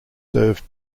served